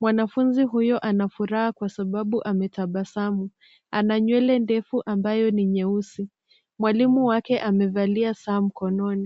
Mwanafuzni huyo ana furaha kwa sababu ametabasamu. Ana nywele ndefu ambayo ni nyeusi. Mwalimu wake amevalia saa mkononi.